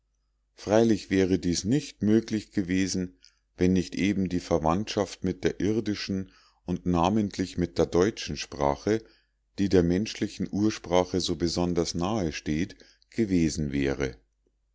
freilich wäre dies nicht möglich gewesen wenn nicht eben die verwandtschaft mit der irdischen und namentlich mit der deutschen sprache die der menschlichen ursprache so besonders nahe steht gewesen wäre